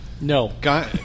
No